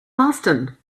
boston